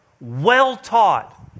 well-taught